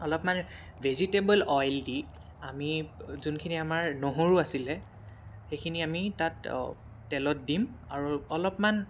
অলপমান vegetable oil দি আমি যোনখিনি আমাৰ নহৰু আছিলে সেইখিনি আমি তাত তেলত দিম আৰু অলপমান